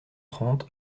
trente